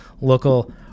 local